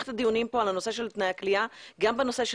את הדיונים פה על נושא תנאי הכליאה גם בנושא של